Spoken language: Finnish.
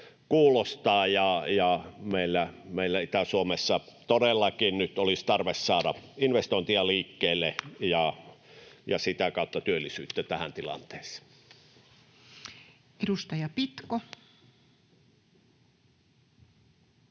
kuulostavat. Ja meillä Itä-Suomessa todellakin nyt olisi tarve saada investointeja liikkeelle ja sitä kautta työllisyyttä tähän tilanteeseen. [Speech 188]